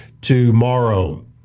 tomorrow